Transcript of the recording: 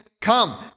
come